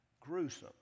gruesome